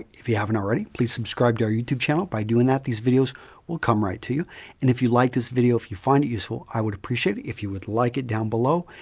if you haven't already, please subscribe to our youtube channel. by doing that, these videos will come right to you. and if you like this video, if you find it useful, i would appreciate it if you would like it down below.